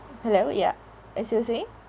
hello ya as you were saying